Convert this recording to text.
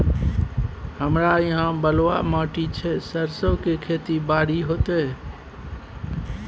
हमरा यहाँ बलूआ माटी छै सरसो के खेती बारी होते?